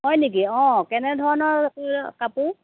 হয় নেকি কেনেধৰণৰ কাপোৰ